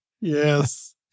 Yes